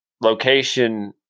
location